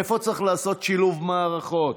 איפה צריך לעשות שילוב מערכות?